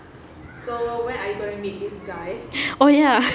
oh ya